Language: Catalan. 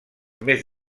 més